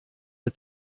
der